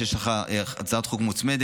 שיש לך הצעת חוק מוצמדת,